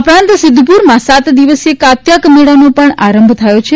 આ સાથે સિધ્ધપુરમાં સાત દિવસીય કાત્યોક મેળાનો પણ આરંભ થયો છે